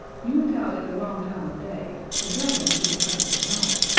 you went out at the wrong time of day. the dragon should be hunted at night.